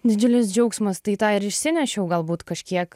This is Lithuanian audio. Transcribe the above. didžiulis džiaugsmas tai tą ir išsinešiau galbūt kažkiek